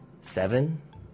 seven